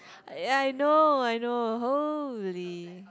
ya I know I know holy